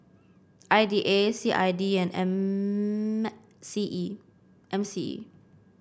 I D A C I D and M C E M C E